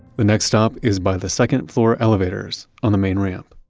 the next stop is by the second-floor elevators on the main ramp.